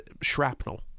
shrapnel